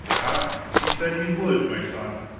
ah, he said he would, my son,